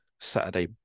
Saturday